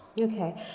Okay